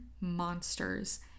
monsters